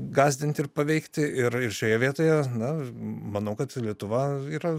gąsdinti ir paveikti ir ir šioje vietoje na manau kad lietuva yra